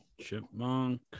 Chipmunk